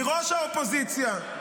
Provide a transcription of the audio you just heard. מראש האופוזיציה.